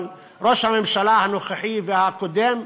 אבל ראש הממשלה הנוכחי והקודם,